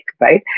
right